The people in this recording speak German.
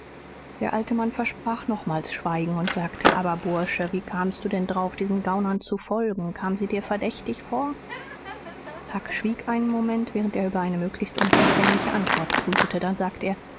der alte mann versprach nochmals schweigen und sagte aber bursche wie kamst du denn drauf diesen gaunern zu folgen kamen sie dir verdächtig vor huck schwieg einen moment während er über einer möglichst unverfänglichen antwort brütete dann sagte er